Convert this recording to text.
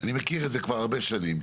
אני מכיר את זה כבר הרבה שנים,